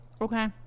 Okay